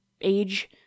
age